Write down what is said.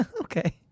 Okay